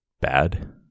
bad